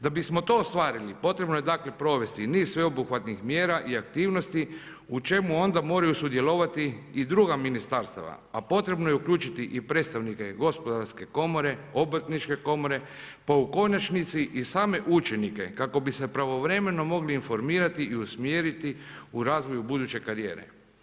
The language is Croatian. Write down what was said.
Da bismo to ostvarili potrebno je dakle, provesti niz sveobuhvatnih mjera i aktivnosti u čemu onda moraju sudjelovati i druga ministarstva, a potrebno je uključiti i predstavnike gospodarske komore, obrtničke komore, pa u konačnici i same učenike, kako bi se pravovremeno mogli informirati i usmjeriti u razvoju buduće karijere.